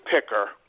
picker